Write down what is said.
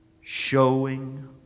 showing